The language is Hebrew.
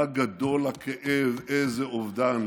מה גדול הכאב, איזה אובדן.